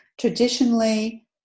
Traditionally